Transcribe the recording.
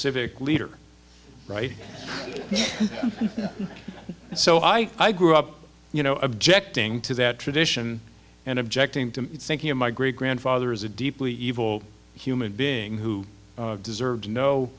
civic leader right so i grew up you know objecting to that tradition and objecting to thinking of my great grandfather as a deeply evil human being who deserves no